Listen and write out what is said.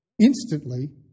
instantly